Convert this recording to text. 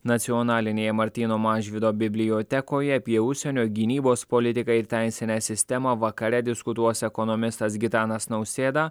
nacionalinėje martyno mažvydo bibliotekoje apie užsienio gynybos politiką ir teisinę sistemą vakare diskutuos ekonomistas gitanas nausėda